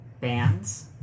Bands